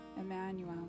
Emmanuel